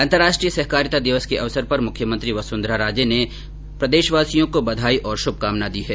अंतर्राष्ट्रीय सहकारिता दिवस के अवसर पर मुख्यमंत्री वसुंधरा राजे ने प्रदेशवासियों को बधाई और शुभकानाएं दी है